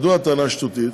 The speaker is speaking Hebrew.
מדוע הטענה שטותית?